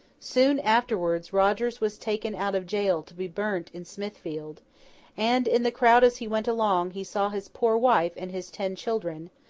soon afterwards, rogers was taken out of jail to be burnt in smithfield and, in the crowd as he went along, he saw his poor wife and his ten children,